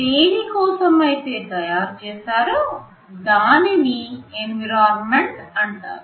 దేని కోసమైతే తయారు చేశారో దానిని ఎన్విరాన్మెంట్ అంటారు